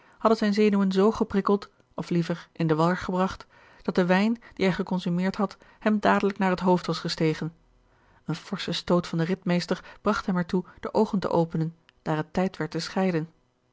hadden zijne zenuwen z geprikkeld of liever in den war gebragt dat de wijn dien hij geconsumeerd had hem dadelijk naar het hoofd was gestegen een forsche stoot van den ridmeester bragt hem er toe de oogen te openen daar het tijd werd te scheiden